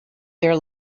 their